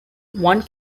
one